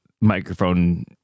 microphone